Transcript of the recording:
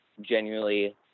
genuinely